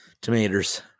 tomatoes